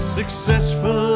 successful